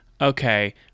okay